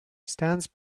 stands